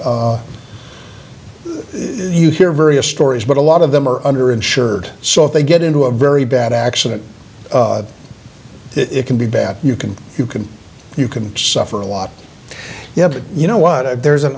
you hear various stories but a lot of them are under insured so if they get into a very bad accident it can be bad you can you can you can suffer a lot yeah but you know what there's an